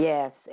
Yes